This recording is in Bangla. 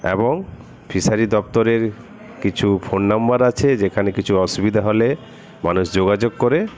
এবং ফিশারি দপ্তরের কিছু ফোন নম্বর আছে যেখানে কিছু অসুবিধা হলে মানুষ যোগাযোগ করে